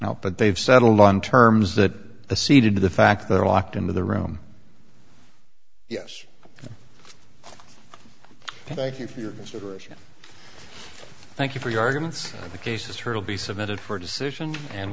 now but they've settled on terms that the seed into the fact they're locked into the room yes thank you for your consideration thank you for your arguments on the cases turtle be submitted for decision and